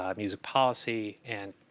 um music policy, and,